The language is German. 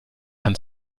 hand